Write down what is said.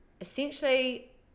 essentially